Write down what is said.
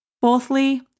Fourthly